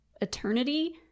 eternity